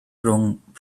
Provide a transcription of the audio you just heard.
rhwng